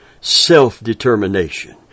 self-determination